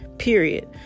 Period